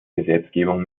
gesetzgebung